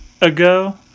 ago